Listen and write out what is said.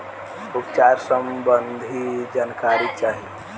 उपचार सबंधी जानकारी चाही?